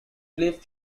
relieve